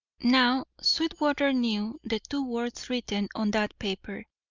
now, sweetwater knew the two words written on that paper.